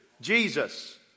Jesus